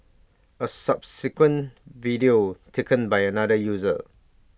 A subsequent video taken by another user